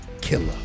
killer